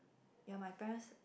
ya my parents